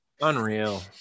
Unreal